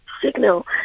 signal